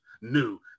new